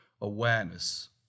awareness